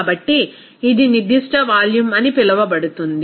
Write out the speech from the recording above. కాబట్టి ఇది నిర్దిష్ట వాల్యూమ్ అని పిలువబడుతుంది